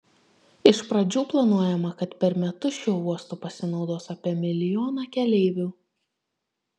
iš pradžių planuojama kad per metus šiuo uostu pasinaudos apie milijoną keleivių